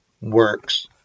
works